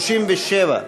37,